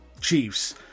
Chiefs